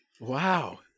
Wow